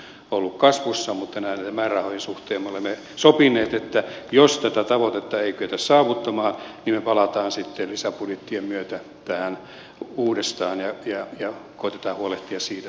vaikka se määrä on nyt ollut kasvussa niin näiden määrärahojen suhteen me olemme sopineet että jos tätä tavoitetta ei kyetä saavuttamaan niin me palaamme sitten lisäbudjettien myötä tähän uudestaan ja koetamme huolehtia siitä että nämä rahat riittävät